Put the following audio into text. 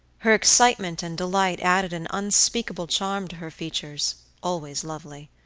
her excitement and delight added an unspeakable charm to her features, always lovely.